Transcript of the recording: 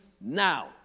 now